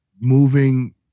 moving